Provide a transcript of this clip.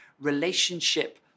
relationship